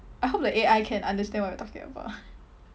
I hope the A_I can understand what we're talking about